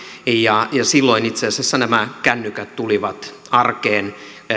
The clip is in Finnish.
ja silloin itse asiassa nämä kännykät tulivat arkeen